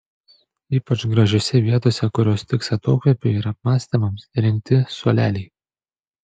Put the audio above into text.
ypač gražiose vietose kurios tiks atokvėpiui ir apmąstymams įrengti suoleliai